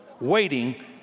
waiting